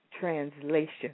translation